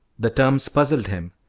the terms puzzled him,